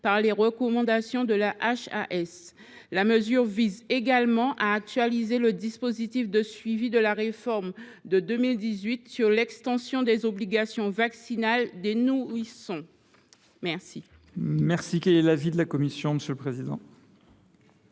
par les recommandations de la HAS. Il a également pour objet d’actualiser le dispositif de suivi de la réforme de 2018 sur l’extension des obligations vaccinales des nourrissons. Quel